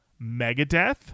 Megadeth